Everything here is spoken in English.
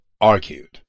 argued